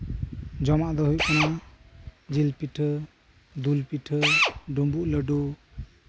ᱡᱚᱢᱟᱜ ᱫᱚ ᱦᱩᱭᱩᱜ ᱠᱟᱱᱟ ᱡᱤᱞ ᱯᱤᱴᱷᱟᱹ ᱫᱩᱞ ᱯᱤᱴᱷᱟᱹ ᱰᱩᱢᱵᱩᱜ ᱞᱟᱹᱰᱩ